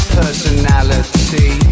personality